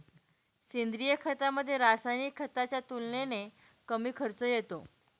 सेंद्रिय खतामध्ये, रासायनिक खताच्या तुलनेने कमी खर्च येतो